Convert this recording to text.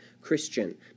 Christian